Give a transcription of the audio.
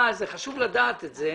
אבל זה חשוב לדעת את זה,